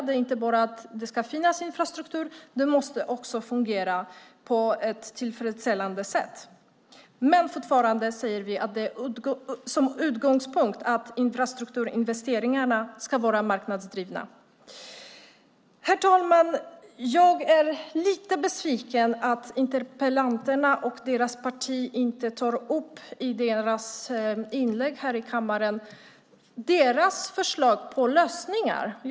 Det ska inte bara finnas infrastruktur, utan det måste också fungera på ett tillfredsställande sätt. Vi har fortfarande som utgångspunkt att infrastrukturinvesteringarna ska vara marknadsdrivna. Herr talman! Jag är besviken över att interpellanterna inte har tagit upp sina förslag på lösningar i inläggen.